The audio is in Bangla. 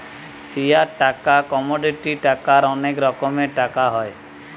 ফিয়াট টাকা, কমোডিটি টাকার অনেক রকমের টাকা হয়